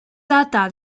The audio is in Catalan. data